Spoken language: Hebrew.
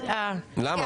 למה?